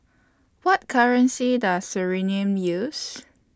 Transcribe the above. What currency Does Suriname use